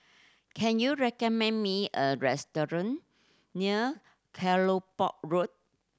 can you recommend me a restaurant near Kelopak Road